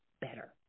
better